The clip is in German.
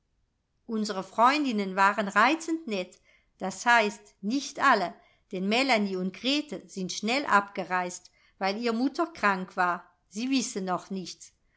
unsre freundinnen waren reizend nett das heißt nicht alle denn melanie und grete sind schnell abgereist weil ihr mutter krank war sie wissen noch nichts